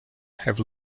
have